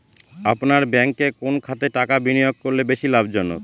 আপনার ব্যাংকে কোন খাতে টাকা বিনিয়োগ করলে বেশি লাভজনক?